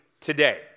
today